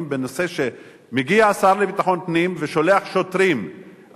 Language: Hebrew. בנושא שמגיע השר לביטחון פנים ושולח שוטרים,